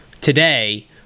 today